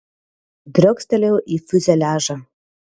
driokstelėjau į fiuzeliažą